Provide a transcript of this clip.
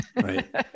Right